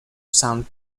sound